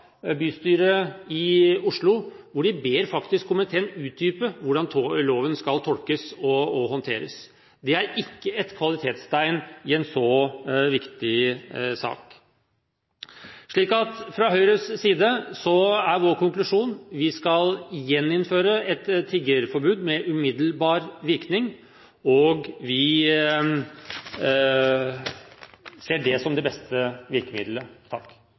bystyret i Oslo hvor de faktisk ber komiteen utdype hvordan loven skal tolkes og håndteres. Det er ikke et kvalitetstegn i en så viktig sak. Fra Høyres side er konklusjonen: Vi skal gjeninnføre et tiggerforbud med umiddelbar virkning. Vi ser det som det beste virkemiddelet.